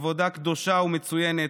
עבודה קדושה ומצוינת,